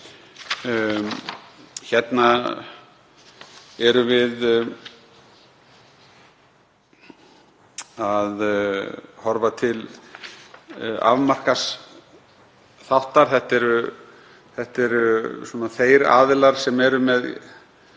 Hér erum við að horfa til afmarkaðs þáttar. Það eru þeir aðilar sem eru með